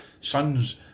sons